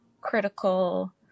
critical